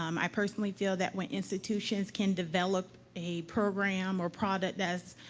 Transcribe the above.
um i personally feel that when institutions can develop a program or product that is,